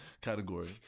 category